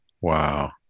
wow